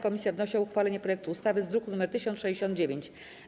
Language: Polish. Komisja wnosi o uchwalenie projektu ustawy z druku nr 1069.